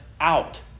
out